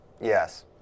Yes